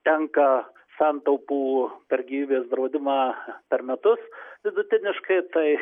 tenka santaupų per gyvybės draudimą per metus vidutiniškai tai